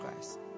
Christ